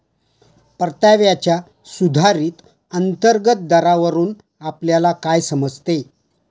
परताव्याच्या सुधारित अंतर्गत दरावरून आपल्याला काय समजते?